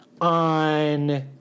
on